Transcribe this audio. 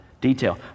detail